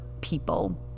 people